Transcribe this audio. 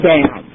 Down